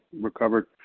recovered